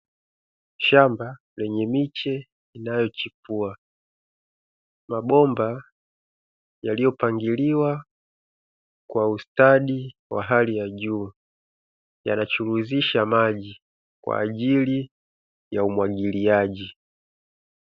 Shamba lenye miche inayochipua. Mabomba yaliyopangiliwa kwa ustadi wa hali ya juu, yanachuruzisha maji kwa ajili ya umwagiliaji.